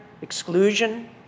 exclusion